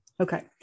Okay